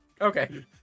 Okay